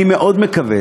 אני מאוד מקווה,